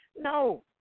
no